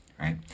right